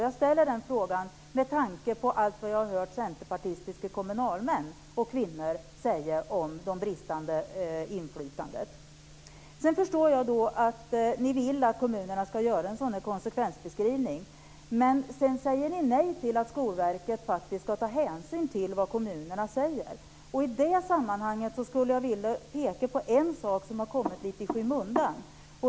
Jag ställer den frågan med tanke på vad jag har hört centerpartistiska kommunalmän och kvinnor säga om det bristande inflytandet. Sedan förstår jag att ni vill att kommunerna ska göra en sådan konsekvensbeskrivning, men ni säger nej till att Skolverket faktiskt ska ta hänsyn till vad kommunerna säger. I det sammanhanget skulle jag vilja peka på en sak som har kommit lite i skymundan.